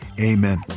Amen